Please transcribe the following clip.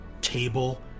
table